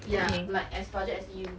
ya like as budget as you